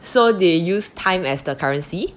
so they use time as the currency